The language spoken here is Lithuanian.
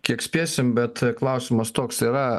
kiek spėsim bet klausimas toks yra